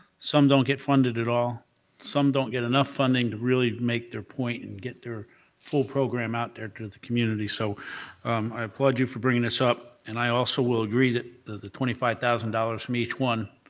some don't get funded at all some don't get enough funding to really make their point and get their full program out there to the community, so i applaud you for bringing this up, and i also will agree that the twenty five thousand dollars from each one